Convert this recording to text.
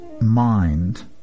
mind